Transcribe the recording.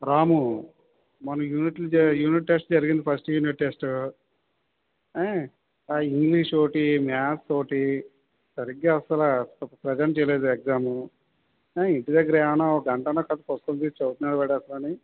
రాము మొన్న యూనిట్లు జ యూనిట్ టెస్ట్ జరిగింది ఫస్ట్ యూనిట్ టెస్ట్ ఏ ఇంగ్లీష్ ఒకటి మాథ్స్ ఒకటి సరిగ్గా అసలు ప్రజెంట్ చెయ్యలేదు ఎగ్జామ్ ఏ ఇంటి దగ్గర ఏమైనా ఒక గంట అయినా పుస్తకం తీసి చదువుతున్నాడా వాడు అసలు అని